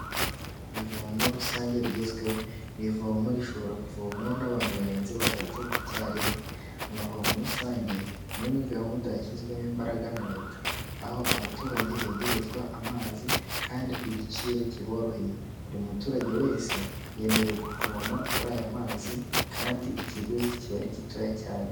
Ivomo rusange rigezweho, iri vomo rishobora kuvomwaho n'abantu barenze batatu icyarimwe, amavomo rusange imwe muri gahunda yashyizwemo imbaraga na leta, aho abaturage begerezwa amazi kandi ku giciro kiboroheye, buri muturage wese yemerewe kuvoma kuri aya mazi kandi ikiguzi kiba ari gitoya cyane.